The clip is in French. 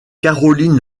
caroline